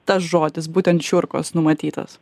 tas žodis būtent čiurkos numatytas